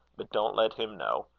but don't let him know.